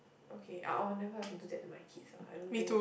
okay oh oh never I have to do that to my kids ah I don't think